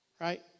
Right